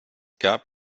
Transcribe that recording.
gab